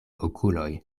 okuloj